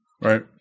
Right